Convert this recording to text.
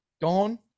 gone